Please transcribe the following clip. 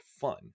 fun